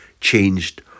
changed